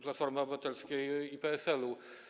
Platformy Obywatelskiej i PSL-u.